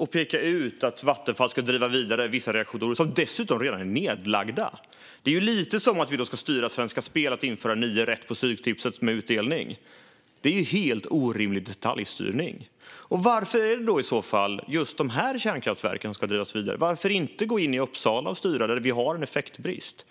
att peka ut att Vattenfall ska driva vidare vissa reaktorer, som dessutom redan är nedlagda, är lite som att vi ska styra Svenska Spel att införa utdelning för nio rätt på stryktipset. Det är helt orimlig detaljstyrning. Varför är det just de här kärnkraftverken som ska drivas vidare? Varför inte styra i Uppsala, där det råder en effektbrist?